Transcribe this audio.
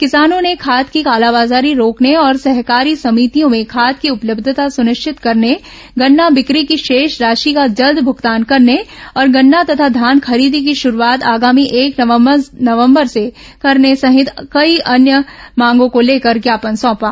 किसानों ने खाद की कालाबाजारी रोकने और सहकारी समितियों में खाद की उपलब्यता सुनिश्चित करने गन्ना बिक्री की शेष राशि का जल्द भूगतान करने और गन्ना तथा धान खरीदी की शुरूआत आगामी एक नवंबर से करने सहित कई अन्य मांगों को लेकर ज्ञापन सौंपा